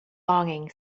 longing